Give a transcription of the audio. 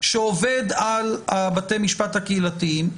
שעובד על בתי המשפט הקהילתיים,